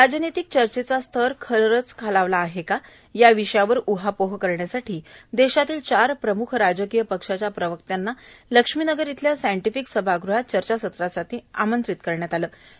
राजनितिक चर्चेचा स्तर खरच खालवलेला आहे का या विषयावर उहापोह करण्यासाठी देशातील चार प्रमुख राजकीय पक्षाच्या प्रवक्तांना लक्ष्मीनगर इथल्या साइंटिफिक सभागृहात चर्चा सत्रासाठी आमंत्रित करण्यात आले होते